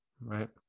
right